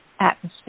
atmosphere